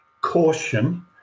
caution